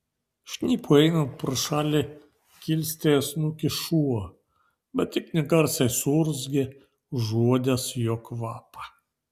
šnipui einant pro šalį kilstelėjo snukį šuo bet tik negarsiai suurzgė užuodęs jo kvapą